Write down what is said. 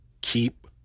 keep